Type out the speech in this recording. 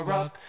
Rock